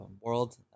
world